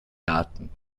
daten